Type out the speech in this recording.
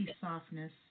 softness